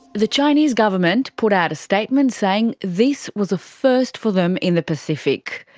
the chinese government put out a statement saying this was a first for them in the pacific.